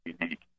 unique